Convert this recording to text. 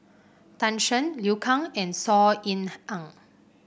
Tan Shen Liu Kang and Saw Ean Ang